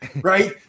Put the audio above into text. right